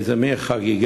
באיזה מין חגיגה,